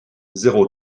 zéro